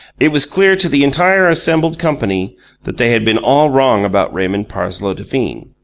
it was clear to the entire assembled company that they had been all wrong about raymond parsloe devine.